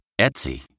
Etsy